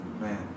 Man